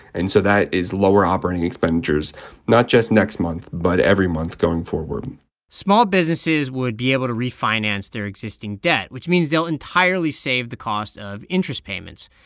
and so that is lower operating expenditures not just next month, but every month going forward small businesses would be able to refinance their existing debt, which means they'll entirely save the cost of interest payments.